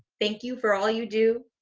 thank you for all you do.